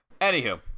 Anywho